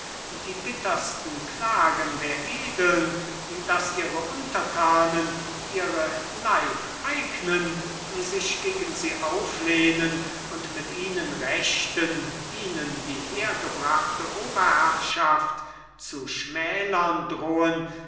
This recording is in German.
die bittersten klagen der edeln daß ihre untertanen ihre leibeignen sich gegen sie auflehnen und mit ihnen rechten ihnen die hergebrachte oberherrschaft zu schmälern drohen